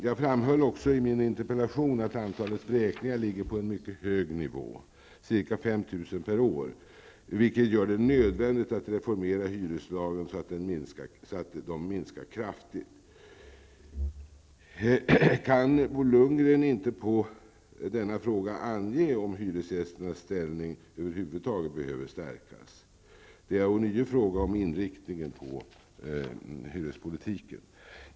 Jag framhöll också i min interpellation att antalet vräkningar ligger på en mycket hög nivå, ca 5 000 per år, vilket gör det nödvändigt att reformera hyreslagen så att de minskar kraftigt. Kan Bo Lundgren inte heller på denna fråga ange om hyresgästens ställning över huvud taget behöver stärkas? Det är ånyo fråga om inriktningen på hyrespolitiken.